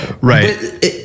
right